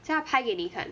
我叫她拍给你看